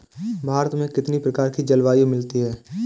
भारत में कितनी प्रकार की जलवायु मिलती है?